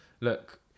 look